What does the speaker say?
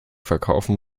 verkaufen